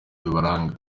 bibaranga